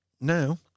now